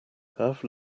have